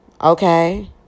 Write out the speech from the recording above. Okay